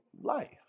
life